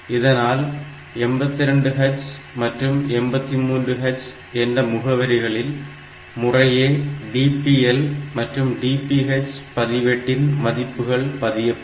இதனால் 82H மற்றும் 83H என்ற முகவரிகளில் முறையே DPL மற்றும் DPH பதிவேட்டின் மதிப்புகள் பதியப்படும்